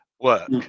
work